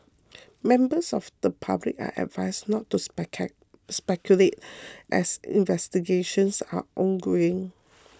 members of the public are advised not to speculate as investigations are ongoing